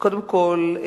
קודם כול,